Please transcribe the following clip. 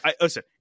listen